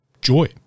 joy